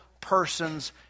person's